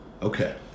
Okay